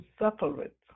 separate